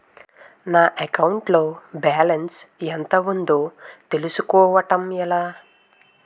నా అకౌంట్ లో బాలన్స్ ఎంత ఉందో తెలుసుకోవటం ఎలా?